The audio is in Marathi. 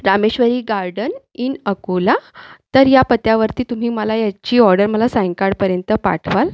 रामेश्वरी गार्डन इन अकोला तर या पत्त्यावरती तुम्ही मला याची ऑर्डर मला सायंकाळपर्यंत पाठवाल